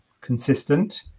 consistent